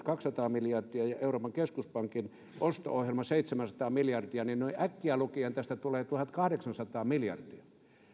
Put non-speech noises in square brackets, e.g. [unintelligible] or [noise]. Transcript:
[unintelligible] kaksisataa miljardia ja euroopan keskuspankin osto ohjelman seitsemänsataa miljardia ja noin äkkiä lukien tästä tulee tuhatkahdeksansataa miljardia